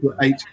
eight